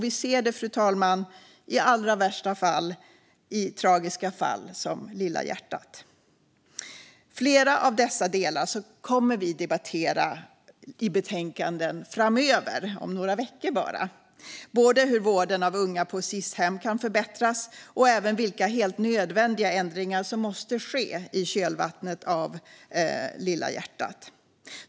Vi ser det, fru talman, i allra värsta fall i tragiska fall som Lilla hjärtat. Flera av dessa delar kommer vi att debattera framöver, om några veckor bara. Det gäller både hur vården av unga på Sis-hem kan förbättras och vilka helt nödvändiga ändringar som måste ske i kölvattnet av Lilla hjärtat.